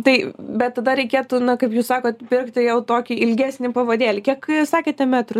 tai bet tada reikėtų na kaip jūs sakot pirkti jau tokį ilgesnį pavadėlį kiek sakėte metrų